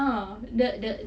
ah the the